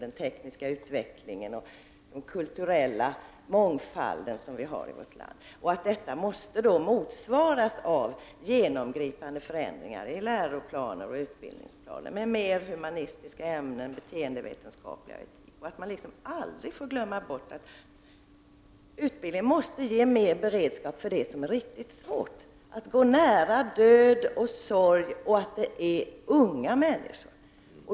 Den tekniska utvecklingen och den kulturella mångfald som vi har i vårt land måste motsvaras av genomgripande förändringar i läroplaner och utbildningsplaner med mer humanistiska ämnen och beteendevetenskap. Man får aldrig glömma bort att utbildning måste ge mer beredskap för det som är faktiskt svårt, att gå nära död och sorg. Det gäller unga människor.